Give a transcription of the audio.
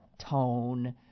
tone